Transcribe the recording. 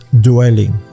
dwelling